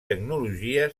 tecnologia